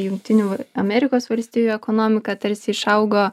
jungtinių amerikos valstijų ekonomika tarsi išaugo